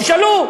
תשאלו: